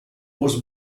was